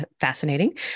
fascinating